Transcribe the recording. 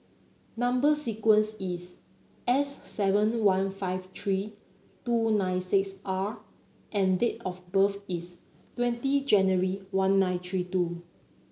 number sequence is S seven one five three two nine six R and date of birth is twenty January one nine three two